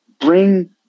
bring